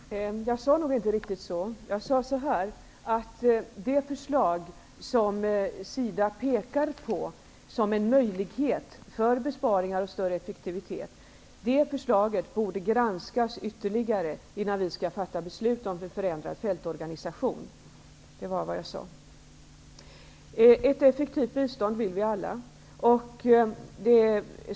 Herr talman! Jag sade nog inte riktigt så. Jag sade följande: Det förslag som SIDA pekar på som en möjlighet för besparingar och större effektivitet borde granskas ytterligare innan vi fattar beslut om en förändrad fältorganisation. Det var vad jag sade. Vi vill alla ha ett effektivt bistånd.